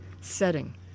setting